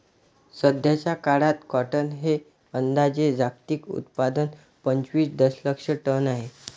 सध्याचा काळात कॉटन हे अंदाजे जागतिक उत्पादन पंचवीस दशलक्ष टन आहे